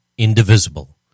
Indivisible